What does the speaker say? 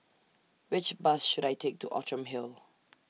Which Bus should I Take to Outram Hill